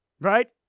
right